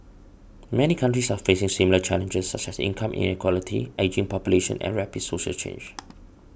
many countries are facing similar challenges such as income inequality ageing population and rapid social change